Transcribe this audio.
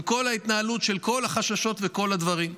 עם כל ההתנהלות וכל החששות וכל הדברים.